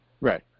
Right